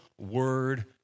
word